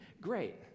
great